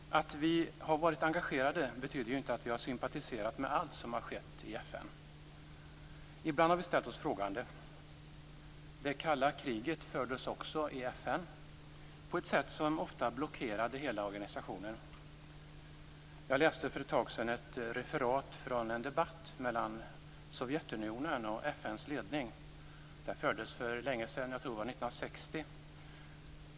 Att vi svenskar har varit engagerade betyder inte att vi har sympatiserat med allt som har skett i FN. Ibland har vi ställt oss frågande. Det kalla kriget fördes också i FN, på ett sätt som ofta blockerade hela organisationen. Jag läste för ett tag sedan ett referat från en debatt mellan Sovjetunionen och FN:s ledning. Den fördes för länge sedan - jag tror att det var 1960.